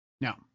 Now